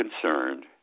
concerned—